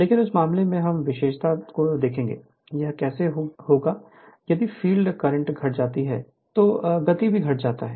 लेकिन उस मामले में हम विशेषता को देखेंगे यह कैसे होगा यदि फ़ील्ड करंट घट जाती है गति बढ़ जाती है